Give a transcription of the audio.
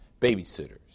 babysitters